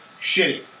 shitty